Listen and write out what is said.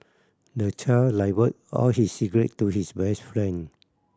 the child all his secret to his best friend